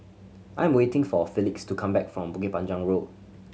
I am waiting for Felix to come back from Bukit Panjang Road